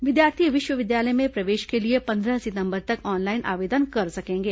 विद्यार्थी विश्वविद्यालय में प्रवेश के लिए पंद्रह सितंबर तक ऑनलाइन आवेदन कर सकेंगे